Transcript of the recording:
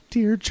Dear